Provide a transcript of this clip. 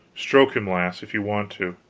stroke him, lass, if you want to.